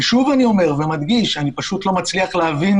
ושוב אני אומר ומדגיש, אני פשוט לא מצליח להבין